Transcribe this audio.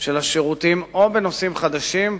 של השירותים או בנושאים חדשים,